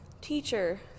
teacher